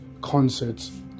concerts